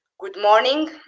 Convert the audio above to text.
good morning